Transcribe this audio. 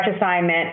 assignment